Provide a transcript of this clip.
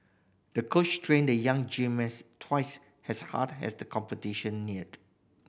the coach trained the young twice as hard as the competition neared